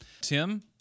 Tim